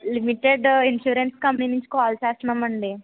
limited insurance company నుంచి call చేస్తున్నామండీ